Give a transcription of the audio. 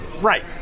Right